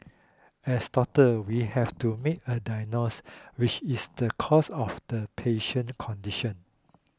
as doctor we have to make a diagnose which is the cause of the patient condition